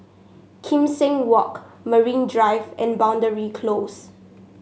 Kim Seng Walk Marine Drive and Boundary Close